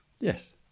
Yes